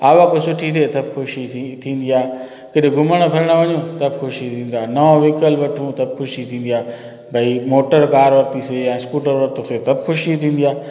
आवक सुठी थिए त ब ख़ुशी थी थींदी आहे केॾे घुमणु फिरणु त वञू त बि ख़ुशी थींदी आहे नओं विहिकल वठू त बि ख़ुशी थींदी आहे भई मोटर कार वरितीसीं या स्कूटर वरितोसीं त बि ख़ुशी थींदी आहे